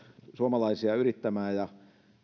suomalaisia yrittämään ja